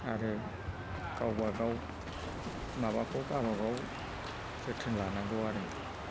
आरो गावबा गाव माबाखौ गावबा गाव जोथोन लानांगौ आरो